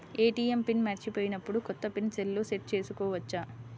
ATM pin మరచిపోయినప్పుడు, కొత్త pin సెల్లో సెట్ చేసుకోవచ్చా?